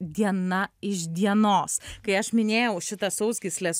diena iš dienos kai aš minėjau šitą sausgyslės